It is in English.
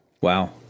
Wow